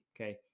okay